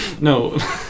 No